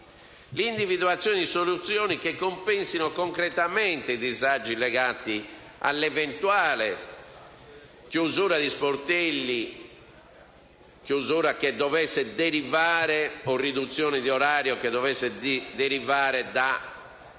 individuate soluzioni che compensino concretamente i disagi legati all'eventuale chiusura di sportelli o riduzione di orario che dovessero derivare da